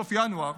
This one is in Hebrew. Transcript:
בסוף ינואר,